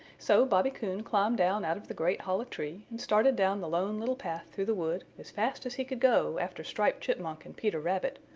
so bobby coon climbed down out of the great hollow tree and started down the lone little path through the wood as fast as he could go after striped chipmunk and peter rabbit,